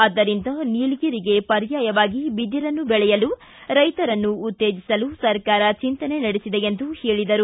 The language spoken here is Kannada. ಆದ್ದರಿಂದ ನೀಲಗಿರಿಗೆ ಪರ್ಯಾಯವಾಗಿ ಬಿದಿರನ್ನು ಬೆಳೆಯಲು ರೈತರನ್ನು ಉತ್ತೇಜಿಸಲು ಸರ್ಕಾರ ಚಿಂತನೆ ನಡೆಸಿದೆ ಎಂದರು